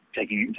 taking